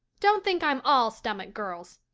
don't think i'm all stomach, girls.